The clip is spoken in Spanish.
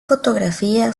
fotografía